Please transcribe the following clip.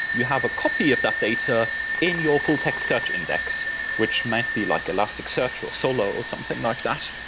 you have a copy of that data in your full text search index which might be like elastic search, or solo or something like that.